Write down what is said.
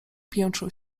piętrzył